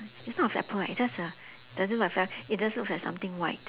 it's not a flagpole eh it's just a does it look like flag it just look like something white